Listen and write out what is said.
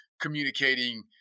communicating –